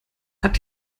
hat